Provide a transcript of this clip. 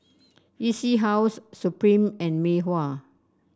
E C House Supreme and Mei Hua